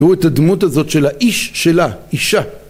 ‫תראו את הדמות הזאת ‫של האיש שלה, אישה.